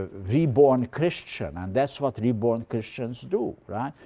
ah reborn christian, and that's what reborn christians do. right?